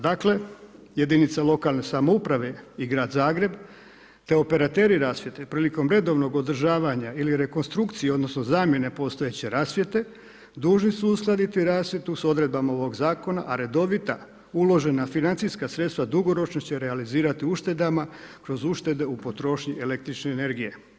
Dakle, jedinice lokalne samouprave i Grad Zagreb te operateri rasvjete prilikom redovnog održavanja ili rekonstrukciju odnosno, zamjene postojeće rasvjete, dužni su uskladiti rasvjetu, s odredbama ovog zakona, a redovita, uložena financijska sredstva, dugoročno će se realizirati uštedama, kroz uštede u potrošnji el. energije.